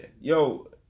Yo